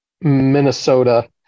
Minnesota